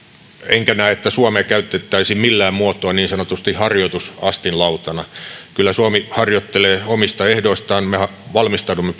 enkä näe että suomea käytettäisiin millään muotoa niin sanotusti harjoitusastinlautana kyllä suomi harjoittelee omista ehdoistaan mehän valmistaudumme